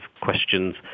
questions